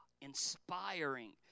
inspiring